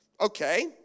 Okay